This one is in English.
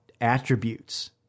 attributes